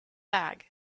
bag